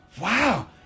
Wow